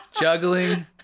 Juggling